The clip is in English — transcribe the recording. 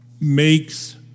makes